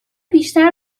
بیشتر